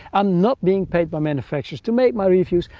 and not being paid by manufacturers to make my reviews.